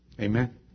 Amen